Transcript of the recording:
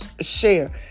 share